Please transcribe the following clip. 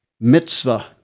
Mitzvah